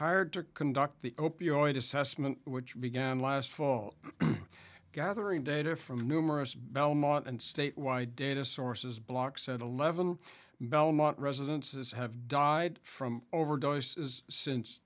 hired to conduct the opioid assessment which began last fall gathering data from numerous belmont and statewide data sources blocks at eleven belmont residences have died from overdoses since